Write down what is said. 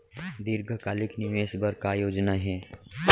दीर्घकालिक निवेश बर का योजना हे?